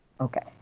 okay